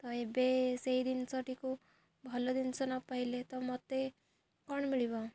ତ ଏବେ ସେଇ ଜିନିଷଟିକୁ ଭଲ ଜିନିଷ ନ ପାଇଲେ ତ ମୋତେ କ'ଣ ମିଳିବ